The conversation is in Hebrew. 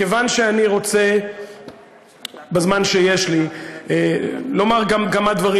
מכיוון שאני רוצה בזמן שיש לי לומר גם כמה דברים